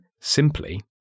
simply